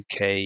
UK